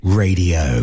radio